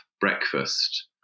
breakfast